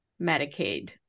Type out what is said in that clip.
Medicaid